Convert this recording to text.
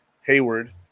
Hayward